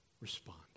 respond